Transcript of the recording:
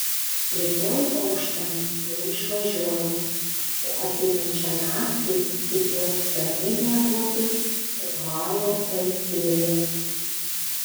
rytoj auštant jau išvažiuoju o ateinančią naktį tikiuosi ramiai miegoti ohajo valstijoje